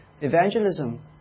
evangelism